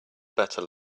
better